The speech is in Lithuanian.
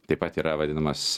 taip pat yra vadinamas